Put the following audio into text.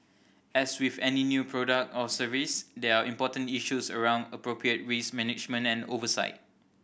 as with any new product or service there are important issues around appropriate risk management and oversight